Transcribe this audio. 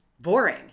Boring